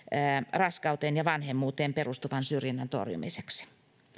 raskauteen ja vanhemmuuteen perustuvan syrjinnän torjumiseksi